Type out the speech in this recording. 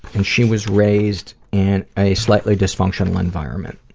and she was raised in a slightly dysfunctional environment.